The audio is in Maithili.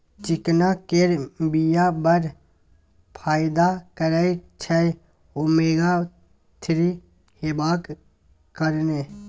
चिकना केर बीया बड़ फाइदा करय छै ओमेगा थ्री हेबाक कारणेँ